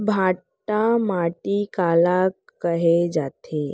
भांटा माटी काला कहे जाथे?